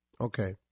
Okay